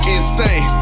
Insane